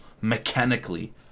mechanically